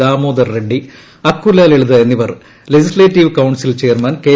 ദാമോദർ റെഡ്ഡി അക്കൂലില്ളിൽ എന്നിവർ legislative council chairman ്ട്കെ